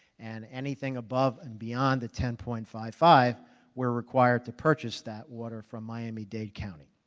and anything but and beyond the ten point five five we are required to purchase that water from miami-dade county.